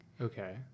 okay